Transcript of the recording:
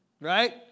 Right